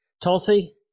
Tulsi